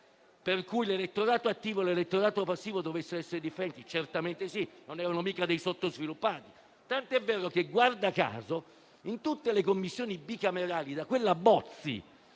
per cui l'elettorato attivo e l'elettorato passivo dovessero essere diversi. Certamente sì, non erano mica dei sottosviluppati. Tanto è vero che, guarda caso, in tutte le Commissioni bicamerali, da quella Bozzi